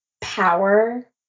power